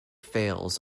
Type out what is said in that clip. fails